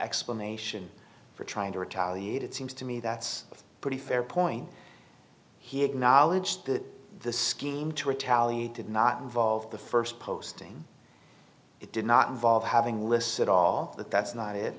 explanation for trying to retaliate it seems to me that's a pretty fair point he acknowledged that the scheme to retaliate did not involve the first posting it did not involve having lists at all that that's not it